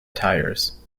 tyres